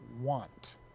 want